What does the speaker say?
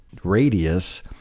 radius